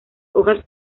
hojas